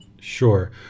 Sure